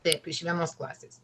taip iš vienos klasės